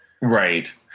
Right